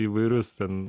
įvairius ten